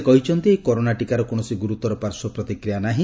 ସେ କହିଛନ୍ତି ଏହି କରୋନା ଟୀକାର କୌଣସି ଗୁରୁତର ପାର୍ଶ୍ୱ ପ୍ରତିକ୍ରିୟା ନାହି